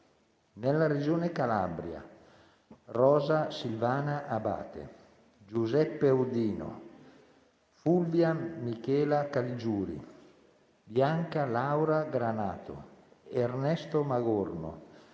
nella Regione Calabria: Rosa Silvana Abate, Giuseppe Auddino, Fulvia Michela Caligiuri, Bianca Laura Granato, Ernesto Magorno,